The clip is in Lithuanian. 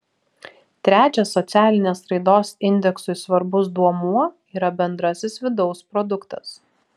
trečias socialinės raidos indeksui svarbus duomuo yra bendrasis vidaus produktas